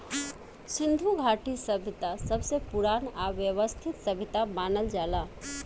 सिन्धु घाटी सभ्यता सबसे पुरान आ वयवस्थित सभ्यता मानल जाला